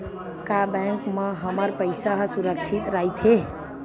का बैंक म हमर पईसा ह सुरक्षित राइथे?